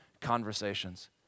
conversations